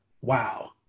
Wow